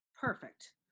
Perfect